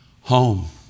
Home